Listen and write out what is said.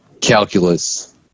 calculus